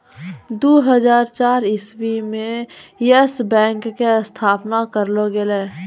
दु हजार चार इस्वी मे यस बैंक के स्थापना करलो गेलै